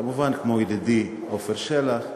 כמובן, כמו ידידי עפר שלח ואחרים.